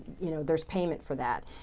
you know, there's payment for that.